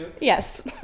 yes